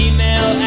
Email